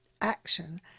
action